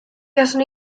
buaswn